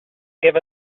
give